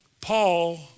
Paul